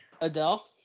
Adele